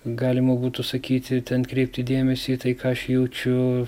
galima būtų sakyti ten kreipti dėmesį į tai ką aš jaučiu